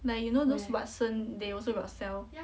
like you know those Watson they also got sell